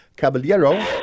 Caballero